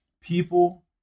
people